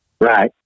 Right